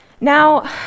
Now